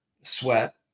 sweat